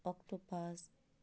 octopus